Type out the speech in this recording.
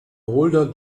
older